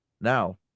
now